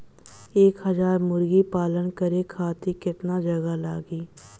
एक हज़ार मुर्गी पालन करे खातिर केतना जगह लागी?